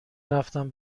رفتم